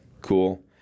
cool